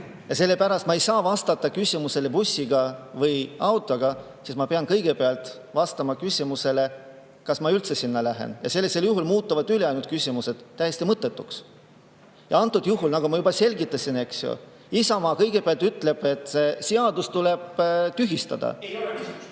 Ja sellepärast ma ei saa vastata küsimusele, kas bussiga või autoga, sest ma pean kõigepealt vastama küsimusele, kas ma üldse sinna lähen. Sellisel juhul muutuvad ülejäänud küsimused täiesti mõttetuks. Antud juhul, nagu ma juba selgitasin, ütleb Isamaa kõigepealt, et see seadus tuleb tühistada. (Urmas